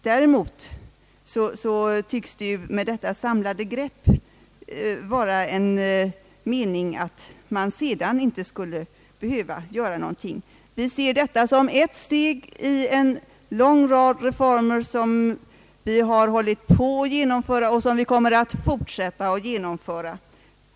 Däremot tycks avsikten med det samlade greppet vara att man sedan inte skulle behöva göra någonting. Vi ser det föreliggande förslaget som ett led i en lång rad av reformer till barnfamiljernas bästa som vi hållit på att genomföra och som vi kommer att fortsätta att genomföra.